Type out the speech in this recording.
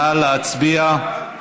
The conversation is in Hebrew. נא להצביע.